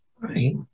right